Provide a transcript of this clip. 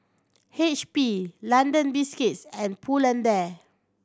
H P London Biscuits and Pull and Bear